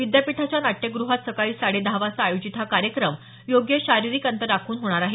विद्यापीठाच्या नाट्यग्रहात सकाळी साडे दहा वाजता आयोजित हा कार्यक्रम योग्य शारीरिक अंतर राखून होणार आहे